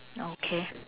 okay